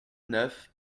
neuf